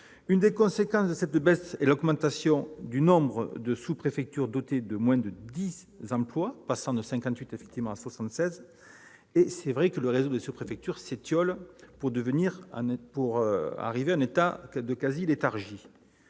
Une des conséquences de cette baisse est l'augmentation du nombre de sous-préfectures dotées de moins de 10 emplois, passant de 58 à 76. Il est vrai que le réseau des sous-préfectures s'étiole, étant presque à l'état de quasi-léthargie.